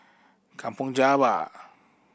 Kampong Java